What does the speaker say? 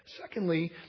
Secondly